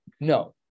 no